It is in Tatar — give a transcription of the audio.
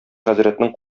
хәзрәтнең